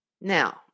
Now